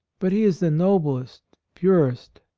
but he is the noblest, purest,